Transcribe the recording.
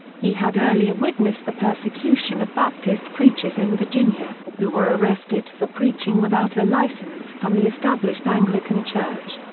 he had earlier witnessed the persecution of baptist preachers in virginia, who were arrested for preaching without a license from the established anglican church.